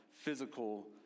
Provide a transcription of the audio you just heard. physical